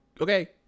Okay